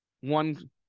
one